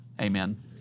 Amen